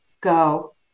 go